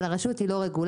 אבל הרשות היא לא רגולטור.